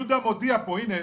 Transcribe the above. יהודה מודיע פה והנה,